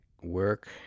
work